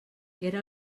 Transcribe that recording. era